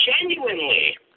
genuinely